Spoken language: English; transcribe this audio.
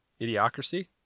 Idiocracy